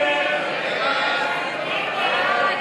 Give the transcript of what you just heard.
ההסתייגות (6)